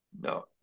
No